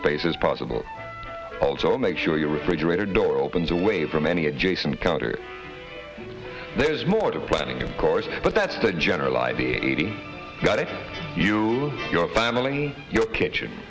space as possible also make sure your refrigerator door opens away from any adjacent counter there is more to the planning of course but that's the general idea eighty got if you your family your kitchen